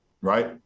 Right